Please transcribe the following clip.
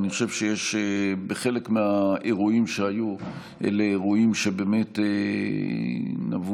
אני חושב שחלק מהאירועים שהיו אלה אירועים שבאמת נבעו